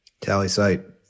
Tallysite